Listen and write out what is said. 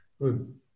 Good